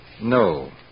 No